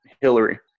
Hillary